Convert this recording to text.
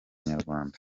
nyarwanda